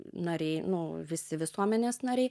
nariai nu visi visuomenės nariai